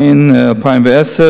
אדוני היושב-ראש,